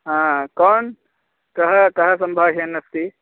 कोन् कः कः सम्भाषयन् अस्ति